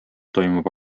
toimub